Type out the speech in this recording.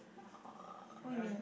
uh what you mean